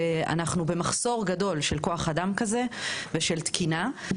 ואנחנו במחסור גדול של כוח-אדם כזה ושל תקינה.